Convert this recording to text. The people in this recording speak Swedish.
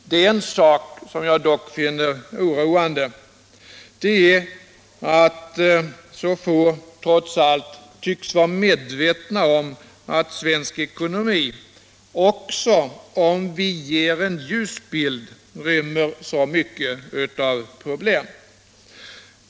Men en sak finner jag oroande, och det är att så få trots allt tycks vara medvetna om att svensk ekonomi, också om vi tecknar en ljus bild, rymmer så mycket av problem.